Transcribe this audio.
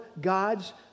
God's